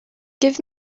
give